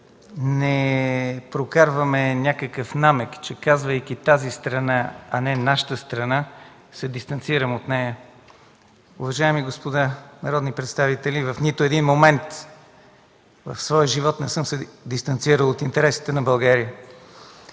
не прокарваме някакъв намек, че казвайки „тази страна”, а не „нашата страна”, се дистанцирам от нея. Уважаеми господа народни представители, в нито един момент от своя живот не съм се дистанцирал от интересите на България.